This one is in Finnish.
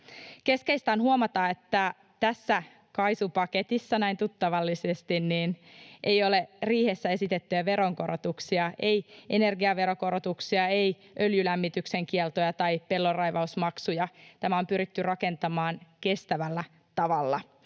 Keskeistä on huomata, että tässä KAISU-paketissa, näin tuttavallisesti, ei ole riihessä esitettyjä veronkorotuksia, ei energiaveronkorotuksia, ei öljylämmityksen kieltoja tai pellonraivausmaksuja. Tämä on pyritty rakentamaan kestävällä tavalla,